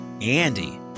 Andy